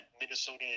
Minnesota